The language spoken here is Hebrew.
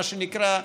מה שנקרא,